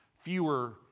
fewer